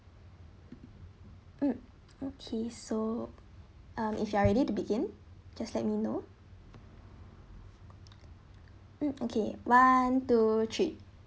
mm okay so um if you are ready to begin just let me know mm okay one two three